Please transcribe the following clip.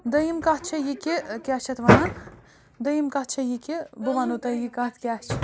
دۄیِم کَتھ چھِ یہِ کہِ کیٛاہ چھِ یَتھ وَنان دۄیِم کَتھ چھِ یہِ کہِ بہٕ وَنہو تۄہہِ یہِ کَتھ کیٛاہ چھِ